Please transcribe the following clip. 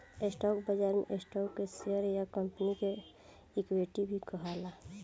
stock बाजार में stock के शेयर या कंपनी के इक्विटी भी कहाला